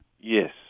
Yes